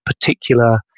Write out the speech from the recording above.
particular